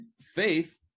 faith